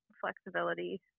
flexibility